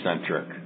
centric